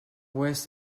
ouest